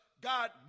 God